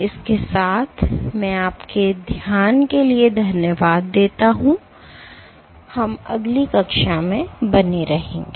इसके साथ मैं आपके ध्यान के लिए धन्यवाद देता हूं और हम अगली कक्षा में बने रहेंगे